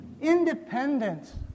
Independent